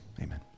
amen